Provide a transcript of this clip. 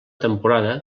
temporada